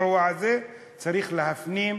צריך להפנים,